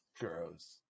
Gross